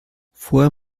vorher